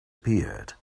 appeared